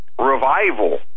revival